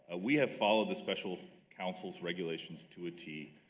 ah we have followed the special counsel's regulations to a tee.